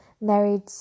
married